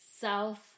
South